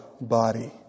body